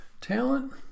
Talent